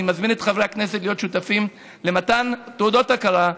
אני מזמין את חברי הכנסת להיות שותפים למתן תעודות ההכרה,